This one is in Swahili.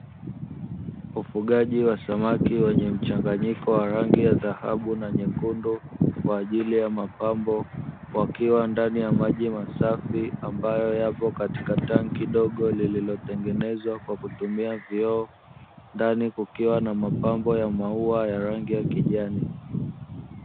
Ufugaji wa samaki wenye mchanganyiko wa rangi ya dhahabu na nyekundu kwa ajili ya mapambo, wakiwa ndani ya maji masafi ambayo yapo katika tanki dogo lililotengenezwa kwa kutumia vioo ndani kukiwa na mapambo ya maua ya rangi kijani.